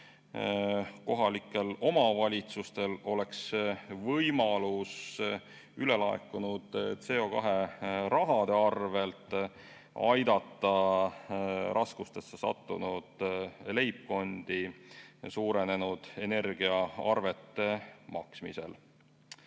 kohalikel omavalitsustel oleks võimalus ülelaekunud CO2rahade abil aidata raskustesse sattunud leibkondi suurenenud energiaarvete maksmisel. Komisjon